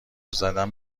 زدن